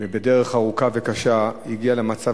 ובדרך ארוכה וקשה הגיעה למצב